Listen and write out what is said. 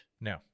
No